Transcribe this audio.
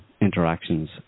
interactions